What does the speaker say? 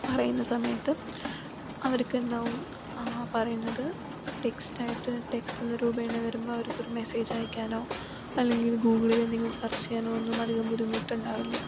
പറയുന്ന സമയത്ത് അവർക്ക് എന്താകും ആ പറയുന്നത് ടെസ്റ്റായിട്ട് ടെക്സ്റ്റ് എന്ന രൂപേണ വരുമ്പോൾ അവർക്ക് മെസ്സേജ് അയക്കാനോ അല്ലെങ്കിൽ ഗൂഗിളിൽ എന്തെങ്കിലും സെർച്ച് ചെയ്യാനോ ഒന്നിനും അതികം ബുദ്ധിമുട്ടുണ്ടാവില്ല